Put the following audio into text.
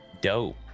Dope